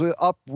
up